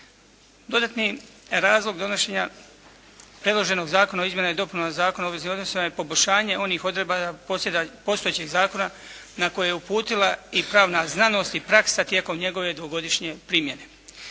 Dodatni razlog donošenja predloženog Zakona o izmjenama i dopunama Zakona o obveznim odnosima i poboljšanje onih odredaba postojećeg zakona na koje je uputila i pravna znanost i praksa tijekom njegove dvogodišnje primjene.